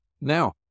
Now